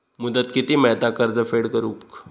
मुदत किती मेळता कर्ज फेड करून?